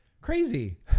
crazy